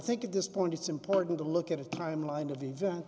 think at this point it's important to look at a timeline of events